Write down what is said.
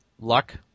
luck